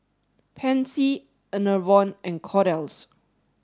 Pansy Enervon and Kordel's